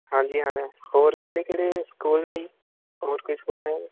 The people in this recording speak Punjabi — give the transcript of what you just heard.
ਹਾਂਜੀ ਹਾਂ ਹੋਰ ਕਿਹੜੇ ਕਿਹੜੇ ਸਕੂਲ ਨੇ ਜੀ ਹੋਰ ਕੋਈ ਸਕੂਲ ਹੈ